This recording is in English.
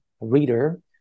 reader